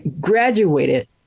graduated